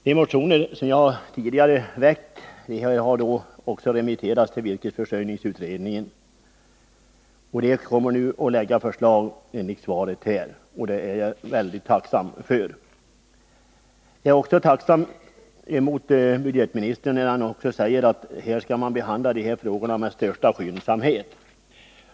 De motioner jag tidigare har väckt har remitterats till virkesförsörjningsutredningen. Enligt svaret kommer utredningen nu att lägga fram ett förslag, och det är jag tacksam för. Jag är också tacksam för att budgetministern säger att regeringen kommer att behandla frågan med största skyndsamhet.